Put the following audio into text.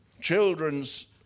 children's